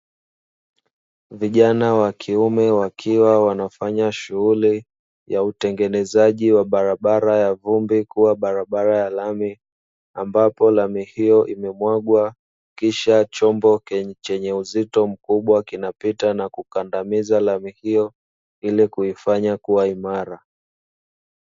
Vijana wa kiume wakiwa wanafanya shughuli ya utengenezaji wa barabara ya vumbi kuwa barabara ya lami, ambapo lami hiyo imemwagwa, kisha chombo chenye uzito mkubwa kinapita na kukandamiza lami hiyo ili kuifanya kuwa imara.